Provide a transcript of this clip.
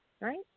right